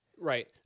Right